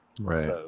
Right